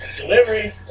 Delivery